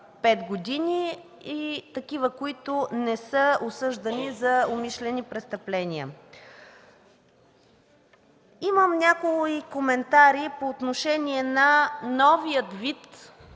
години и такива, които не са осъждани за умишлени престъпления. Имам някои коментари по отношение на новия вид